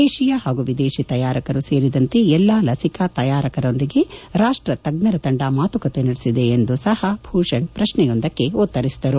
ದೇಶೀಯ ಪಾಗೂ ವಿದೇಶಿ ತಯಾರಕರು ಸೇರಿದಂತೆ ಎಲ್ಲಾ ಲಸಿಕಾ ತಯಾರಕರೊಂದಿಗೆ ರಾಷ್ಟ ತಜ್ಞರ ತಂಡ ಮಾತುಕತೆ ನಡೆಸಿದೆ ಎಂದು ಸಪ ಭೂಷಣ್ ಪ್ರಕ್ನೆಯೊಂದಕ್ಕೆ ಉತ್ತರಿಸಿದರು